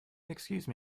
excuse